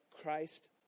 Christ